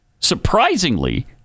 Surprisingly